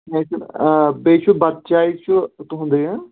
کِینٛہہ چھُنہٕ بیٚیہِ چھُ بَتہٕ چاے چھُ تُہنٛدُے